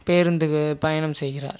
பேருந்துக பயணம் செய்கிறார்